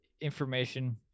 information